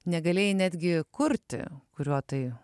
negalėjai netgi kurti kuriuo tai